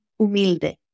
humilde